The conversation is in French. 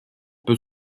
peut